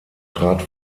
trat